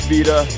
Vita